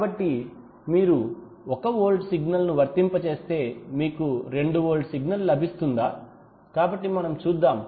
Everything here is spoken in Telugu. కాబట్టి మీరు 1 వోల్ట్ సిగ్నల్ను వర్తింపజేస్తే మీకు 2 వోల్ట్ సిగ్నల్ లభిస్తుందా కాబట్టి మనము చూద్దాం